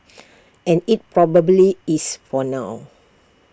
and IT probably is for now